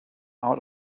out